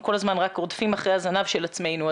כל הזמן רק רודפים אחרי הזנב של עצמנו.